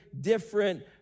different